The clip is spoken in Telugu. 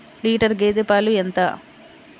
లీటర్ గేదె పాలు ఎంత?